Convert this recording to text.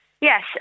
Yes